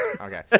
okay